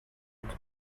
its